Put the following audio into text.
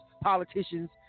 politicians